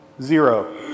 zero